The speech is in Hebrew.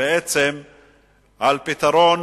בעצם על פתרון